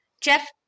Jeff